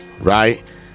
Right